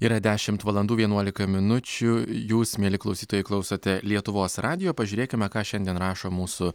yra dešimt valandų vienuolika minučių jūs mieli klausytojai klausote lietuvos radijo pažiūrėkime ką šiandien rašo mūsų